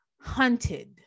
hunted